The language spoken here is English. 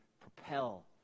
propel